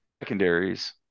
secondaries